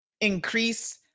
increase